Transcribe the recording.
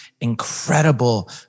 incredible